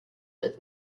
with